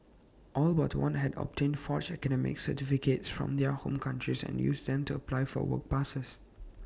all but one had obtained forged academic certificates from their home countries and used them to apply for work passes